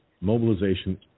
mobilization